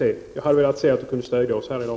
Jag hade velat att vpk stödde oss här i dag.